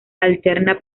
alterna